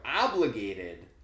obligated